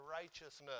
righteousness